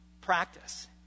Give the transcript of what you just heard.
practice